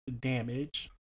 damage